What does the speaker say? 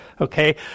okay